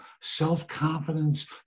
self-confidence